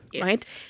right